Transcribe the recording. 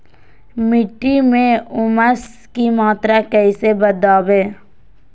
मिट्टी में ऊमस की मात्रा कैसे बदाबे?